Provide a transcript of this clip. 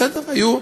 בסדר,